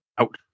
Out